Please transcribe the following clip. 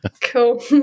Cool